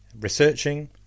researching